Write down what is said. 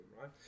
right